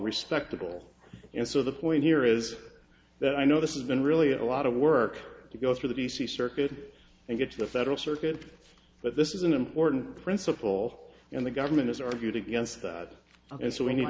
respectable and so the point here is that i know this isn't really a lot of work to go through the d c circuit and get to the federal circuit but this is an important principle and the government has argued against that and so we need